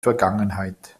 vergangenheit